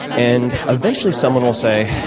and eventually, someone will say,